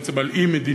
בעצם על אי-מדיניות.